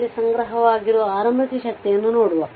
ನಲ್ಲಿ ಸಂಗ್ರಹವಾಗಿರುವ ಆರಂಭಿಕ ಶಕ್ತಿಯನ್ನು ನೋಡುವ